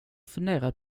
funderat